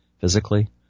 physically